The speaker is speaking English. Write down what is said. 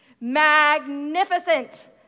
magnificent